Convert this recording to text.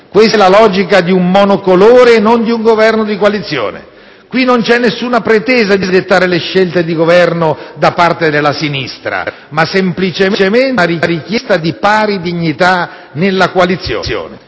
Questa è la logica di un monocolore, non di un Governo di coalizione. Qui non c'è alcuna pretesa di dettare le scelte di Governo da parte della sinistra, ma semplicemente una richiesta di pari dignità nella coalizione.